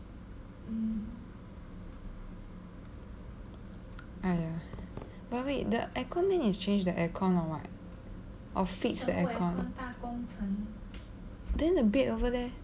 !aiya! but wait the aircon man is change the aircon or what or fix the aircon then the bed over there